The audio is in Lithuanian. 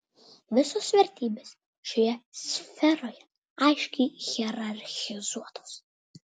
visos vertybės šioje sferoje aiškiai hierarchizuotos